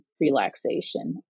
relaxation